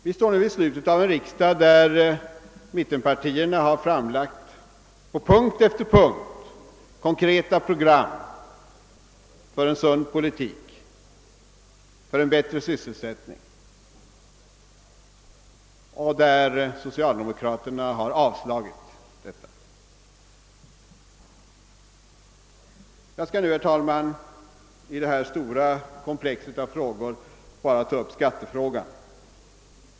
Vi står nu vid slutet av en riksdag där mittenpartierna på punkt efter punkt framlagt konkreta program för en sund politik och för en bättre sysselsättning. Socialdemokraterna har avslagit dessa förslag. Jag skall nu, herr talman, i detta stora komplex av frågor bara ta upp skattefrågan.